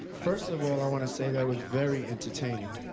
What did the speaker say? first of all, i want to say that was very entertaining.